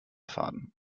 faden